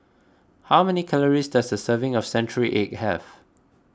how many calories does a serving of Century Egg have